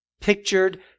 pictured